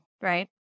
right